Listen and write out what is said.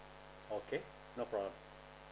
okay no problem